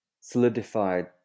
solidified